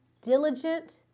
diligent